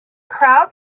crowd